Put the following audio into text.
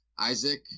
Isaac